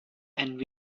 and